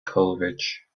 coleridge